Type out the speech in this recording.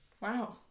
Wow